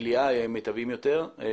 אותם